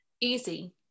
easy